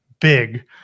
big